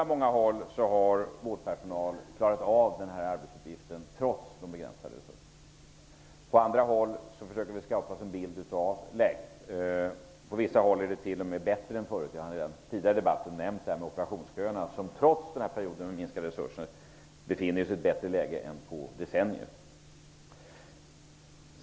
På många håll har vårdpersonalen klarat av arbetsuppgifterna trots begränsade resurser. På andra håll försöker vi skaffa oss en bild av läget. På vissa håll har det t.o.m. blivit bättre än tidigare. Jag har i tidigare debatter nämnt operationsköerna, där situationen trots minskade resurser är bättre än på decennier.